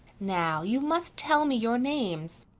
now, you must tell me your names,